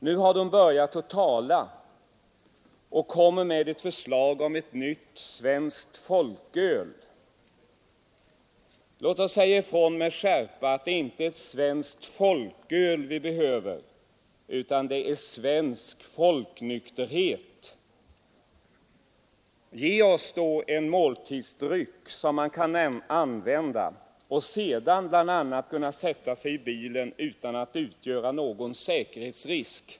Nu har uppgifter kommit fram om att utredningen tänker föreslå ett nytt svenskt folköl. Låt oss säga ifrån med skärpa att det inte är ett svenskt folköl vi behöver utan svensk folknykterhet. Ge oss en måltidsdryck som man kan använda utan att bli en säkerhetsrisk när man sedan sätter sig i bilen!